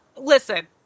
listen